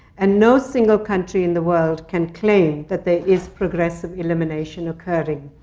and no single country in the world can claim that there is progressive elimination occurring.